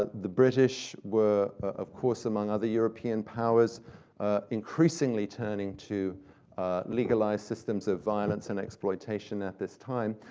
the british were, of course, among other european powers increasingly turning to legalized systems of violence and exploitation at this time.